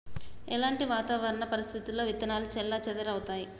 ఎలాంటి వాతావరణ పరిస్థితుల్లో విత్తనాలు చెల్లాచెదరవుతయీ?